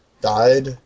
died